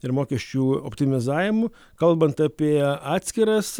ir mokesčių optimizavimu kalbant apie atskiras